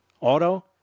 auto